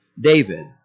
David